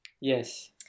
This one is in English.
Yes